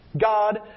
God